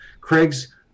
Craig's